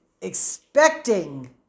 expecting